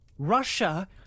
russia